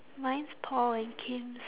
mine's paul and kim's